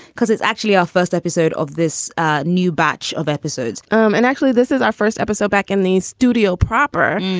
because it's actually our first episode of this new batch of episodes um and actually this is our first episode back in the studio proper.